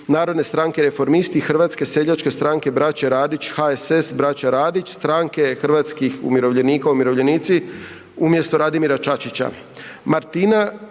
Narodne stranke reformisti, Hrvatske seljačke stranke braće Radić, HSS braća Radić, Stranke hrvatskih umirovljenika, Umirovljenici, umjesto Radimira Čačića,